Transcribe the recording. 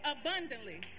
abundantly